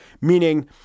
meaning